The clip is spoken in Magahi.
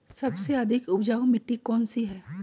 सबसे अधिक उपजाऊ मिट्टी कौन सी हैं?